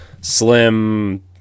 slim